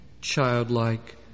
childlike